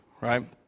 right